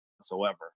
whatsoever